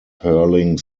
hurling